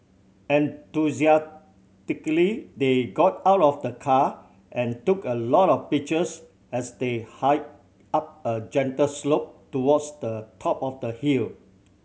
enthusiastically they got out of the car and took a lot of pictures as they hiked up a gentle slope towards the top of the hill